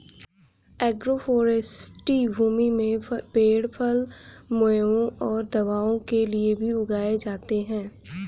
agroforestry भूमि में पेड़ फल, मेवों और दवाओं के लिए भी उगाए जाते है